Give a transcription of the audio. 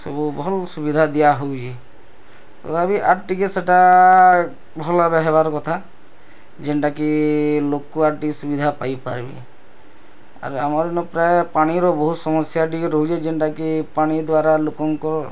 ସବୁ ଭଲ୍ ସୁବିଧା ଦିଆ ହେଉଛି ତଥାପି ଆର୍ ଟିକେ ସେଟା ଭଲ୍ ଭାବେ ହେବାର୍ କଥା ଜେଣ୍ଟାକି ଲୋକ ଆହୁରି ଟିକେ ସୁବିଧା ପାଇପାରବେ ଆର୍ ଆମ ଏନୁ ପ୍ରାଏ ପାଣିର ବହୁତ୍ ସମସ୍ୟା ଟିକେ ରହୁଛି ଜେଣ୍ଟାକି ପାଣି ଦ୍ଵାରା ଲୋକଙ୍କର